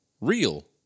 Real